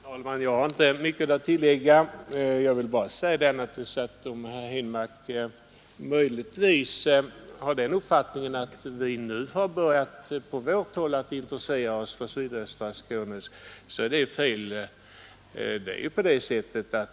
Herr talman! Jag har inte mycket att tillägga. Om herr Henmark möjligtvis har den uppfattningen att vi nu på vårt håll har börjat intressera oss för sydöstra Skåne så är det fel.